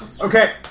Okay